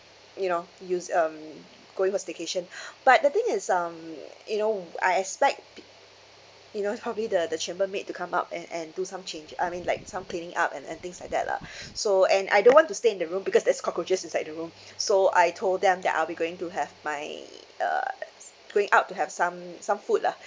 you know use um going for staycation but the thing is um you know I expect you know probably the the chamber maid to come up and and do some changes I mean like some cleaning up and and things like that lah so and I don't want to stay in the room because there's cockroaches inside the room so I told them that I'll be going to have my uh going out to have some some food lah